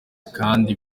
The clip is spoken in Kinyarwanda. kandi